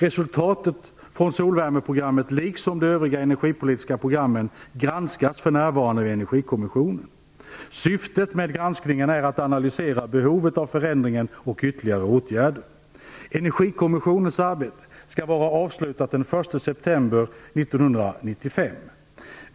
Resultaten från solvärmeprogrammet liksom de övriga energipolitiska programmen granskas för närvarande av Energikommissionen. Syftet med granskningen är att analysera behovet av förändringar och ytterligare åtgärder. Engergikommissionens arbete skall vara avslutat den 1 september 1995.